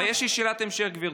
מצוין, אבל יש לי שאלת המשך, גברתי.